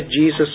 Jesus